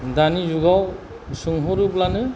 दानि जुगाव सोंहरोब्लानो